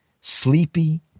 Sleepy